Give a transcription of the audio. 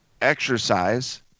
exercise